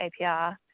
APR